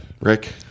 Rick